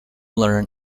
learn